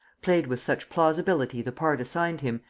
played with such plausibility the part assigned him,